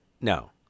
no